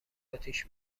آتیش